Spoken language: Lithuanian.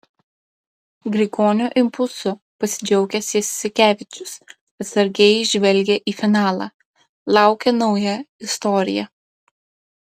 grigonio impulsu pasidžiaugęs jasikevičius atsargiai žvelgia į finalą laukia nauja istorija